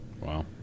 Wow